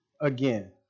again